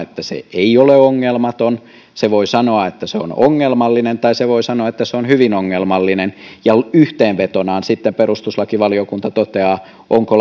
että se ei ole ongelmaton se voi sanoa että se on ongelmallinen tai se voi sanoa että se on hyvin ongelmallinen yhteenvetonaan sitten perustuslakivaliokunta toteaa onko